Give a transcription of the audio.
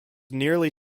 nearly